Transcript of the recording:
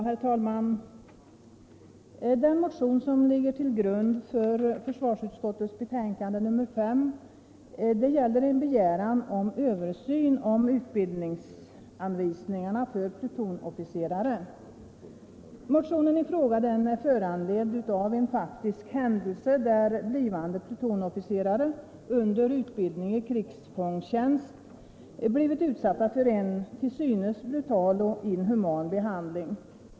Herr talman! Den motion som ligger till grund för försvarsutskottets betänkande nr 5 begär en översyn av utbildningsanvisningarna för plutonofficerare. Motionen är föranledd av en faktisk händelse, där blivande plutonofficerare under utbildning i krigsfångtjänst blivit utsatta för en till synes brutal och inhuman behandling.